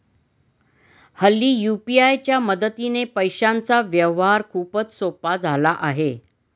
हल्ली यू.पी.आय च्या मदतीने पैशांचा व्यवहार खूपच सोपा झाला आहे